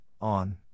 on